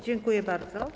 Dziękuję bardzo.